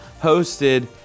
hosted